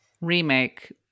remake